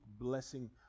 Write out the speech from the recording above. blessing